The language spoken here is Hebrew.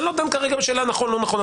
אני לא דן כרגע בשאלה נכון או לא נכון,